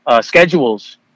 schedules